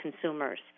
consumers